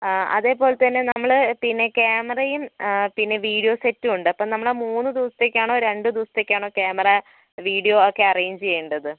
ആ അതുപോലെത്തന്നെ നമ്മൾ പിന്നെ ക്യാമറയും ആ പിന്നെ വീഡിയോ സെറ്റുമുണ്ട് നമ്മൾ അത് മൂന്ന് ദിവസത്തേക്കാണോ രണ്ട് ദിവസത്തേക്കാണോ ക്യാമറ വീഡിയോ ഒക്കേ അറേഞ്ച് ചെയ്യേണ്ടത്